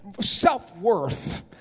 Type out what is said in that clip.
self-worth